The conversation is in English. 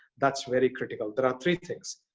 that's very critical, there are three things,